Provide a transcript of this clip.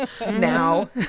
Now